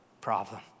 problem